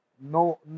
no